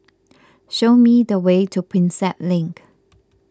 show me the way to Prinsep Link